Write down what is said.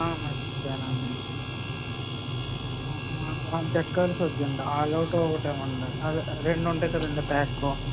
మర్చిపోయానండి jet coils వద్దండి All Out ఒకటి ఇవ్వండి అదే రెండు ఉంటాయి కదండీ ప్యాక్కు